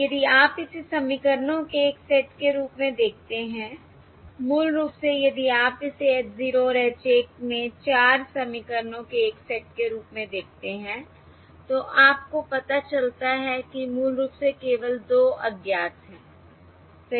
यदि आप इसे समीकरणों के एक सेट के रूप में देखते हैं मूल रूप से यदि आप इसे h 0 और h 1 में 4 समीकरणों के एक सेट के रूप में देखते हैं तो आपको पता चलता है कि मूल रूप से केवल 2 अज्ञात हैं सही